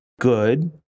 good